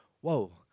whoa